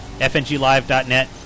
FNGlive.net